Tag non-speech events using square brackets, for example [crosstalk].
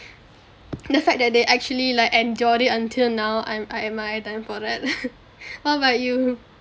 the fact that they actually like endured it until now I'm I admire them for that [laughs] what about you